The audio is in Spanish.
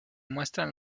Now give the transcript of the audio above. muestran